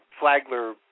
Flagler